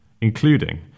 including